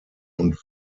und